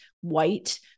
white